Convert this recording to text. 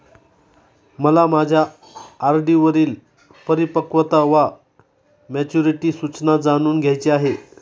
मला माझ्या R D परिपक्वता वा मॅच्युरिटी सूचना जाणून घ्यायची आहे